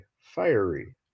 fiery